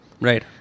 Right